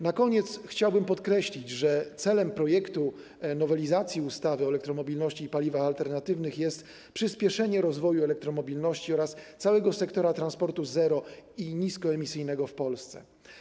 Na koniec chciałbym podkreślić, że celem projektu nowelizacji ustawy o elektromobilności i paliwach alternatywnych jest przyspieszenie rozwoju elektromobilności oraz całego sektora transportu zero- i niskoemisyjnego w Polsce.